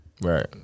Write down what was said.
Right